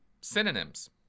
Synonyms